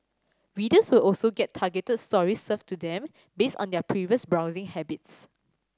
readers will also get targeted stories served to them based on their previous browsing habits